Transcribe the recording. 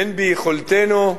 אין ביכולתנו.